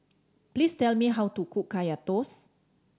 please tell me how to cook Kaya Toast